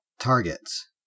targets